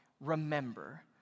Remember